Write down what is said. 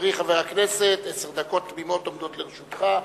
חברי חבר הכנסת, עשר דקות תמימות עומדות לרשותך.